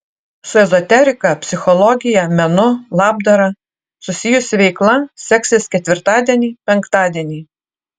su ezoterika psichologija menu labdara susijusi veikla seksis ketvirtadienį penktadienį